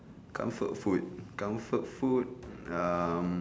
comfort food comfort food um